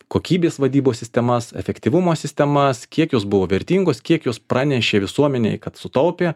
kokybės vadybos sistemas efektyvumo sistemas kiek jos buvo vertingos kiek jos pranešė visuomenei kad sutaupė